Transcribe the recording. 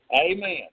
Amen